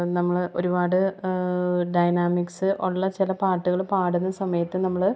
നമ്മള് ഒരുപാട് ഡൈനാമിക്സ് ഉള്ള ചില പാട്ടുകള് പാടുന്ന സമയത്ത് നമ്മള്